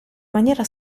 maniera